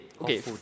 Okay